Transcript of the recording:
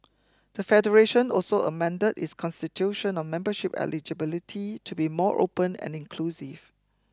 the Federation also amended its Constitution on membership eligibility to be more open and inclusive